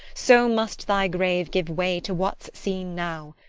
so must thy grave give way to what's seen now!